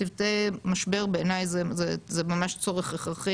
צוותי משבר בעיניי זה ממש צורך הכרחי